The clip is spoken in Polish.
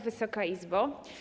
Wysoka Izbo!